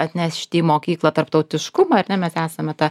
atnešti į mokyklą tarptautiškumą ar ne mes esame ta